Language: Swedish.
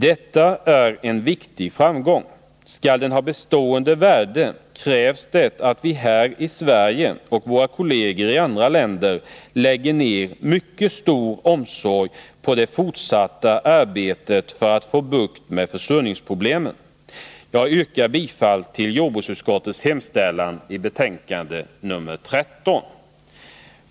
Detta är en viktig framgång. Skall den ha bestående värde krävs det att vi här i Sverige och våra kolleger i andra länder lägger ner mycket stor omsorg på det fortsatta arbetet för att få bukt med försurningsproblemen. Jag yrkar bifall till jordbruksutskottets hemställan i betänkande nr 13.